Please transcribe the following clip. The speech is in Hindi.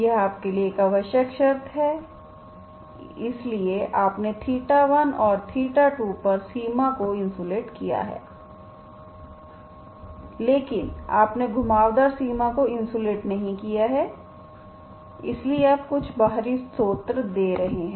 यह आपके लिए एक आवश्यक शर्त है इसलिए आपने 1 और 2पर सीमा को इन्सुलेट किया है लेकिन आपने घुमावदार सीमा को इन्सुलेट नहीं किया है इसलिए आप कुछ बाहरी स्रोत दे रहे हैं